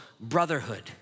brotherhood